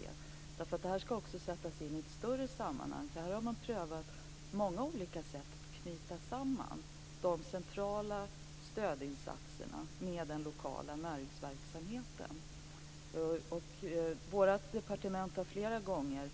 Det här skall nämligen också sättas in i ett större sammanhang, för här har man prövat många olika sätt att knyta samman de centrala stödinsatserna med den lokala näringsverksamheten. Vårt departement har flera gånger